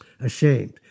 ashamed